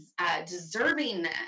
deservingness